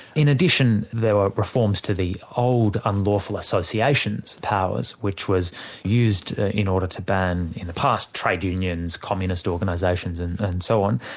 in addition, there were reforms to the old unlawful association powers, which were used in order to ban in the past, trade unions, communist organisations and and so on,